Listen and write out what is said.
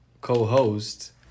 co-host